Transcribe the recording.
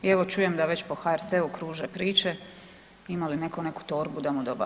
I evo čujem da već po HRT-u kruže priče ima li netko neku torbu da mu dobaci.